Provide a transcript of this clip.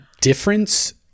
difference